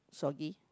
soggy